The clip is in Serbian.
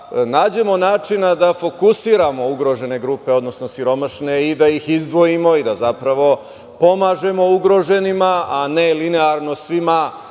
nađemo načina da fokusiramo ugrožene grupe, odnosno siromašne i da ih izdvojimo i zapravo da pomažemo ugroženima, a ne linearno svima